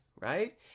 right